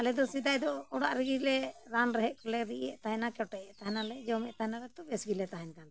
ᱟᱞᱮ ᱫᱚ ᱥᱮᱫᱟᱭ ᱫᱚ ᱚᱲᱟᱜ ᱨᱮᱜᱮ ᱞᱮ ᱨᱟᱱ ᱨᱮᱦᱮᱫ ᱠᱚᱞᱮ ᱨᱤᱫᱮᱫ ᱛᱟᱦᱮᱱᱟ ᱠᱮᱴᱮᱡᱮᱫ ᱛᱟᱦᱮᱱᱟᱞᱮ ᱡᱚᱢᱮᱫ ᱛᱟᱦᱮᱱᱟ ᱛᱚ ᱵᱮᱥ ᱜᱮᱞᱮ ᱛᱟᱦᱮᱱ ᱠᱟᱱ ᱛᱟᱦᱮᱫ